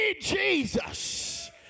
Jesus